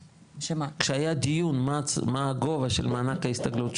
כשהיה דיון מה הגובה שצריך להיות מענק ההסתגלות,